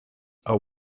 are